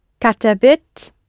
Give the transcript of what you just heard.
Katabit